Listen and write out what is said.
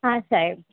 હા સાહેબ